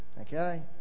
Okay